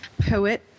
poet